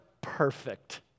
perfect